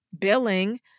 billing